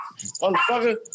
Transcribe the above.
Motherfucker